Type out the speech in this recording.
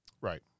right